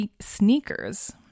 sneakers